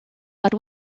but